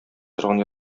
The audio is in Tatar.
торган